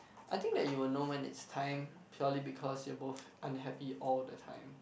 I think that you will know when it's time purely because you are both unhappy all the time